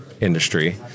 industry